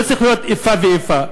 לא צריך לעשות איפה ואיפה.